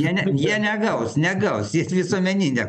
jie ne jie negaus negaus jis visuomeniniam